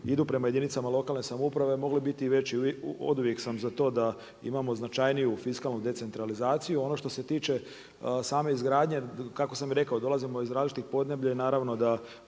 idu prema jedinicama lokalne samouprave mogli biti i veći, oduvijek sam za to da imamo značajniju fiskalnu decentralizaciju. Ono što se tiče same izgradnje, kako sam i rekao, dolazimo iz različitih podneblja i naravno da